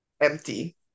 empty